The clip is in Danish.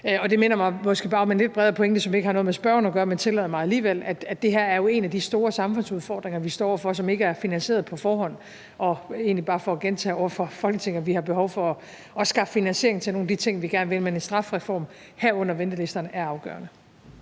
Det minder mig om en måske lidt bredere pointe, som ikke har noget med spørgeren at gøre, men tillad mig alligevel at sige, at det her jo er en af de store samfundsudfordringer, vi står over for, og som ikke er finansieret på forhånd. Og så vil jeg egentlig bare gentage over for Folketinget, at vi har behov for at skaffe finansiering til nogle af de ting, vi gerne vil, men at en strafreform, herunder af ventetiderne, er afgørende.